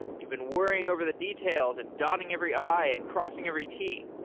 you've been worrying over the details and dotting every i and crossing every t.